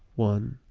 one,